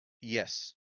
Yes